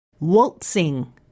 Waltzing